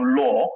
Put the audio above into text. law